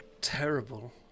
terrible